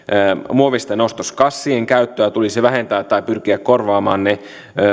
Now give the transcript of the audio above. muovisten ostoskassien käyttöä tulisi vähentää tai pyrkiä korvaamaan ne